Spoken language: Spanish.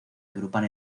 agrupan